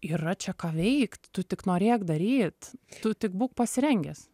yra čia ką veikt tu tik norėk daryt tu tik būk pasirengęs